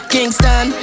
Kingston